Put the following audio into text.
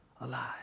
alive